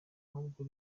ahubwo